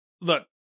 look